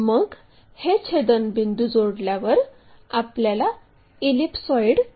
मग हे छेदनबिंदू जोडल्यावर आपल्याला इलिप्सोईड मिळेल